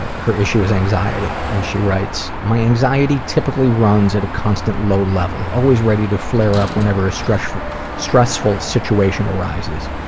her issue is anxiety. and she writes my anxiety typically runs at a constant low level, always ready to flare up whenever a stressful stressful situation arises.